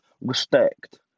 respect